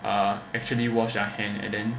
uh actually wash our hands and then